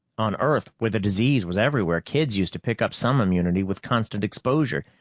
on earth where the disease was everywhere, kids used to pick up some immunity with constant exposure,